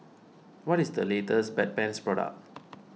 what is the latest Bedpans product